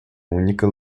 única